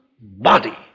body